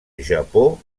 japó